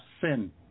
sin